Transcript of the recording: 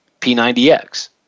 P90X